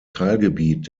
teilgebiet